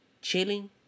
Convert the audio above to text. chilling